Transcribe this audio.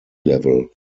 level